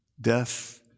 death